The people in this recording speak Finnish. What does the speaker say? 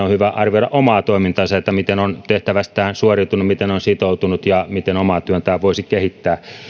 on valmisteilla arvioida omaa toimintaansa että miten on tehtävästään suoriutunut miten on sitoutunut ja miten omaa työtään voisi kehittää